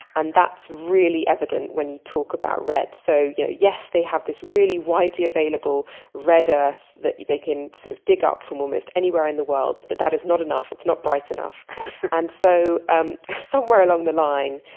and that's really evident when you talk about red. so you know yes, they have this really widely available red earth that they can sort of dig up from almost anywhere in the world. but that is not enough. it's not bright enough and so um somewhere along the line,